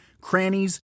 crannies